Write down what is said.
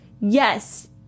yes